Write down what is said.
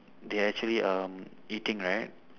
they actually um eating right